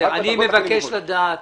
אני מבקש לדעת